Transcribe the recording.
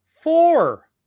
Four